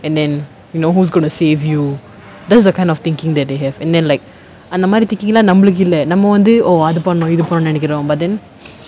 and then you know who's going to save you that's a kind of thinking that they have and then அந்தமாரி:anthamaari thinking lah நம்மளுக்கு இல்ல நம்ம வந்து:nammalukku illa namma vanthu oh அது பண்ணு இத பண்ணனு நினைக்குரோ:athu pannu itha pannanunum ninnaikkuro but then